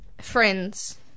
friends